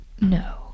No